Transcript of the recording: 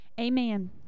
amen